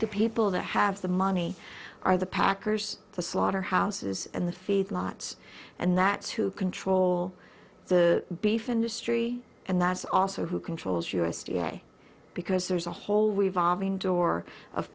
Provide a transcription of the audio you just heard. the people that have the money are the packers the slaughterhouses and the feed lots and that's who control the beef industry and that's also who controls u s d a because there's a whole revolving door of